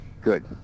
Good